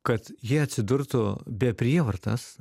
kad jie atsidurtų be prievartas